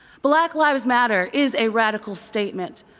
black lives matter is a radical statement,